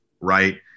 right